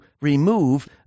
remove